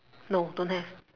no don't have